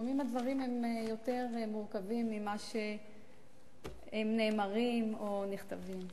לפעמים הדברים הם יותר מורכבים ממה שהם נאמרים או נכתבים.